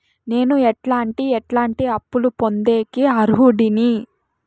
నేను ఎట్లాంటి ఎట్లాంటి అప్పులు పొందేకి అర్హుడిని?